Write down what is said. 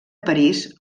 parís